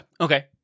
Okay